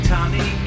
Tommy